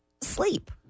sleep